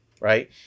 right